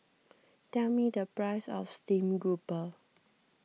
tell me the price of Steamed Grouper